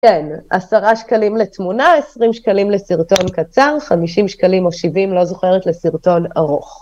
כן, 10 שקלים לתמונה, 20 שקלים לסרטון קצר, 50 שקלים או 70, לא זוכרת, לסרטון ארוך.